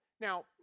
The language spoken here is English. Now